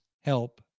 help